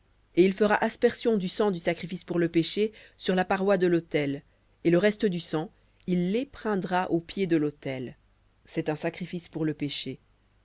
et il fera aspersion du sang du sacrifice pour le péché sur la paroi de l'autel et le reste du sang il l'épreindra au pied de l'autel c'est un sacrifice pour le péché